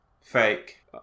Fake